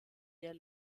der